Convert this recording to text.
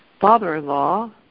father-in-law